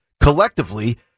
Collectively